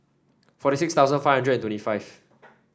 forty six thousand five hundred and twenty five